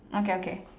okay okay